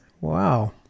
Wow